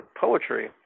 poetry